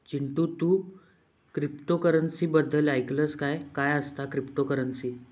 चिंटू, तू क्रिप्टोकरंसी बद्दल ऐकलंस काय, काय असता क्रिप्टोकरंसी?